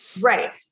Right